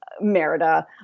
Merida